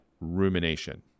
rumination